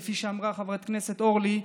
כפי שאמרה חברת הכנסת אורלי.